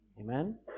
Amen